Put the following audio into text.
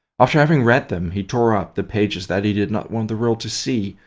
after having read them, he tore up the pages that he did not want the world to see,